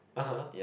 (uh huh)